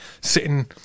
sitting